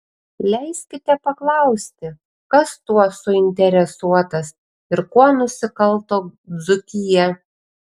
leiskite paklausti kas tuo suinteresuotas ir kuo nusikalto dzūkija